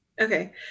okay